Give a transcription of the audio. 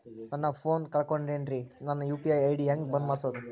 ನನ್ನ ಫೋನ್ ಕಳಕೊಂಡೆನ್ರೇ ನನ್ ಯು.ಪಿ.ಐ ಐ.ಡಿ ಹೆಂಗ್ ಬಂದ್ ಮಾಡ್ಸೋದು?